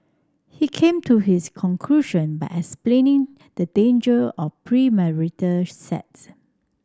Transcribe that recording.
he came to his conclusion by explaining the danger of premarital sex